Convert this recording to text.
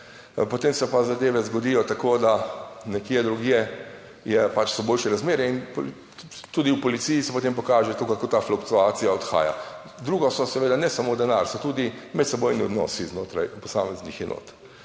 potem se pa zadeve zgodijo tako, da nekje drugje je pač, so boljše razmere in tudi v policiji se potem pokaže to, kako ta fluktuacija odhaja. Drugo so seveda, ne samo denar, so tudi medsebojni odnosi znotraj posameznih enot